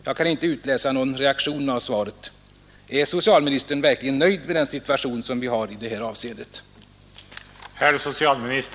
Jag kan inte utläsa någon reaktion av svaret. Är socialministern verkligen nöjd med den situation som vi har i detta avseende?